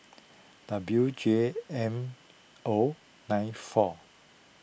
W J M O nine four